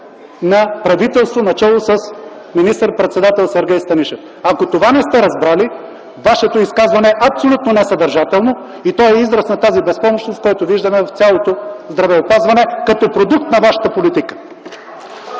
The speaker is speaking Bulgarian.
на правителство начело с министър-председател Сергей Станишев? Ако това не сте разбрали, Вашето изказване е абсолютно несъдържателно и е израз на тази безпомощност, която виждаме в цялото здравеопазване като продукт на вашата политика.